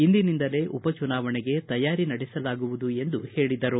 ಇಂದಿನಿಂದಲೇ ಉಪಚುನಾವಣೆಗೆ ತಯಾರಿ ನಡೆಸಲಾಗುವುದು ಎಂದು ಹೇಳಿದರು